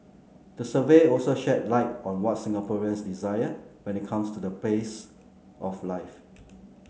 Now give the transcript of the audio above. the survey also shed light on what Singaporeans desire when it comes to the pace of life